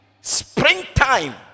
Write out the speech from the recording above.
springtime